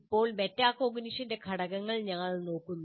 ഇപ്പോൾ മെറ്റാകോഗ്നിഷന്റെ ഘടകങ്ങൾ ഞങ്ങൾ നോക്കുന്നു